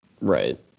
Right